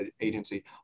Agency